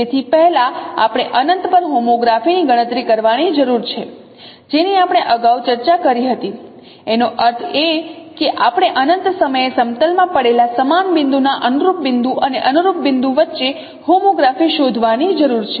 તેથી પહેલાં આપણે અનંત પર હોમોગ્રાફી ની ગણતરી કરવાની જરૂર છે જેની આપણે અગાઉ ચર્ચા કરી હતી એનો અર્થ એ કે આપણે અનંત સમયે સમતલ માં પડેલા સમાન બિંદુના અનુરૂપ બિંદુ અને અનુરૂપ બિંદુ વચ્ચે હોમોગ્રાફી શોધવાની જરૂર છે